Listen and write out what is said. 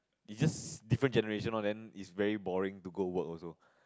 is just different generation loh then is very boring to go work also